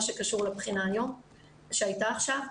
מה שקשור לבחינה שהייתה עכשיו,